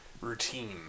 routine